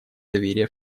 доверие